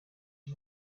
iyi